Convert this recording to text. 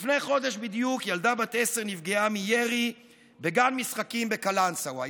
לפני חודש בדיוק ילדה בת עשר נפגעה מירי בגן משחקים בקלנסווה.